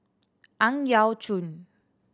Ang Yau Choon